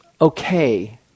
okay